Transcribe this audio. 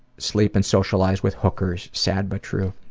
sleep and socialize with hookers. sad but true.